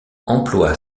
emploie